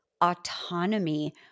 autonomy